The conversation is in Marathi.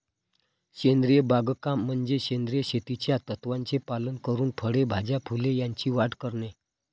सेंद्रिय बागकाम म्हणजे सेंद्रिय शेतीच्या तत्त्वांचे पालन करून फळे, भाज्या, फुले यांची वाढ करणे